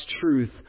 truth